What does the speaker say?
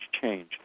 change